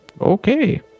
Okay